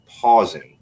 pausing